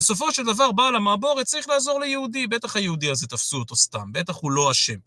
בסופו של דבר, בעל המעבורת צריך לעזור ליהודי: "בטח היהודי הזה תפסו אותו סתם, בטח הוא לא אשם".